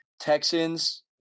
Texans